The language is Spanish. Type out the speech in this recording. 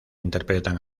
interpretan